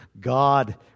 God